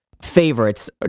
favorites